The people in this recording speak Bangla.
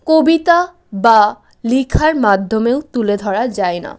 কবিতা বা লেখার মাধ্যমেও তুলে ধরা যায় না